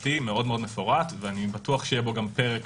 שנתי מאוד מפורט, ואני בטוח שיהיה בו פרק